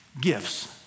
gifts